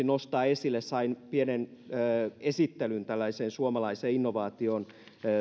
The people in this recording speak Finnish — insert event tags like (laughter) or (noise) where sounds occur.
(unintelligible) nostaa esille sain pienen esittelyn tällaisesta suomalaisesta innovaatiosta